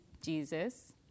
Jesus